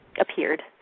appeared